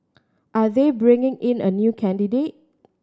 are they bringing in a new candidate